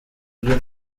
ibyo